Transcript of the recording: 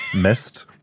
Missed